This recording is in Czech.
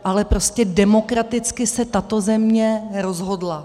Ale prostě demokraticky se tato země rozhodla.